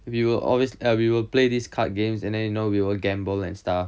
we will always ya we will play these card games and then you know we will gamble and stuff